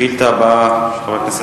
השאילתא הבאה, של חבר הכנסת,